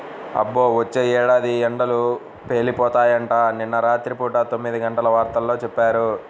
అబ్బో, వచ్చే ఏడాది ఎండలు పేలిపోతాయంట, నిన్న రాత్రి పూట తొమ్మిదిగంటల వార్తల్లో చెప్పారు